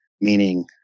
meaning